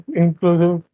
inclusive